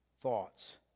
thoughts